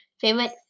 favorite